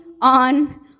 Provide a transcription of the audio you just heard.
on